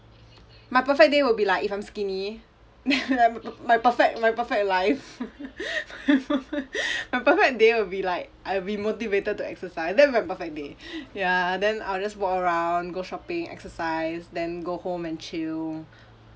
my perfect day will be like if I'm skinny m~ m~ my perfect my perfect life my perfect day will be like I'll be motivated to exercise that my perfect day ya then I'll just walk around go shopping exercise then go home and chill